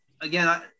again